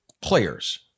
players